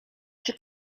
czy